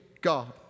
God